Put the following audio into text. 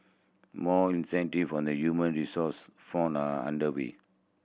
more incentives on the human resource front are under way